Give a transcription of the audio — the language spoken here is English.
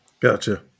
Gotcha